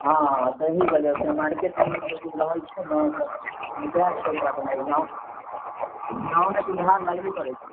हँ ताहि वजहसँ मार्केटमे किछु ने किछु रहल तब ने तऽ जाएत पइसा देलक नहि गाममे तऽ उधार लगबे करै छै